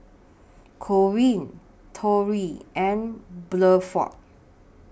Corrine Torey and Bluford